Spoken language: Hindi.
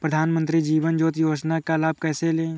प्रधानमंत्री जीवन ज्योति योजना का लाभ कैसे लें?